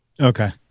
Okay